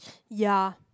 ya